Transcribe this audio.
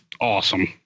awesome